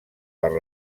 per